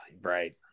Right